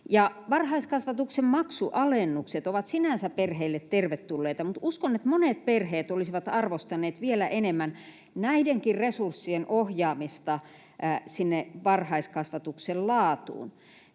varhaiskasvatuksen maksualennukset ovat sinänsä perheille tervetulleita, mutta uskon, että monet perheet olisivat arvostaneet vielä enemmän näidenkin resurssien ohjaamista sinne varhaiskasvatuksen laatuun.